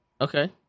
okay